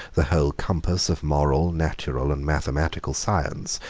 the whole compass of moral, natural, and mathematical science,